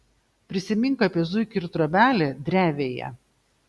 prisimink apie zuikį ir trobelę drevėje